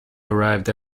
arrived